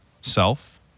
Self